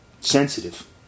Sensitive